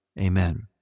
Amen